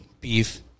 beef